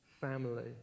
family